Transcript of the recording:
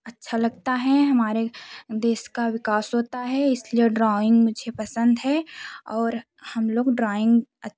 अच्छा लगता है हमारे देश का विकास होता है इसलिए ड्राइंग मुझे पसंद है और हम लोग ड्राइंग